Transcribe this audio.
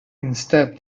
instead